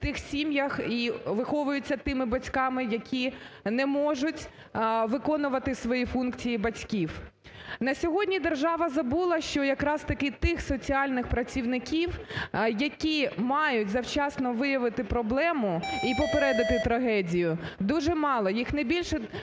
і виховуються тими батьками, які не можуть виконувати свої функції батьків. На сьогодні держава забула, що якраз-таки тих соціальних працівників, які мають завчасно виявити проблему і попередити трагедію, дуже мало,